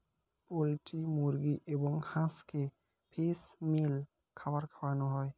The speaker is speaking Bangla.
পোল্ট্রি মুরগি এবং হাঁসকে ফিশ মিল খাবার খাওয়ানো হয়